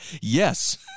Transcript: yes